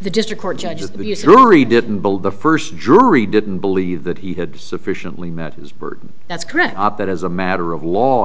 the district court judges that you threw we didn't build the first jury didn't believe that he had sufficiently met his burden that's correct that as a matter of law